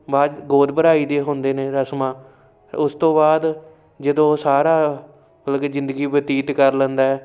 ਬਾਅਦ ਗੋਦ ਭਰਾਈ ਦੇ ਹੁੰਦੇ ਨੇ ਰਸਮਾਂ ਉਸ ਤੋਂ ਬਾਅਦ ਜਦੋਂ ਉਹ ਸਾਰਾ ਮਤਲਵ ਕਿ ਜ਼ਿੰਦਗੀ ਬਤੀਤ ਕਰ ਲੈਂਦਾ